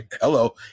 hello